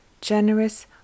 generous